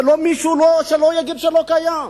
שמישהו לא יגיד שלא קיים.